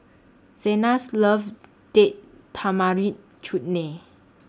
Zenas loves Date Tamarind Chutney